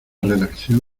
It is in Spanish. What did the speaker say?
redacción